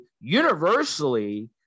universally